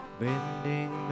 bending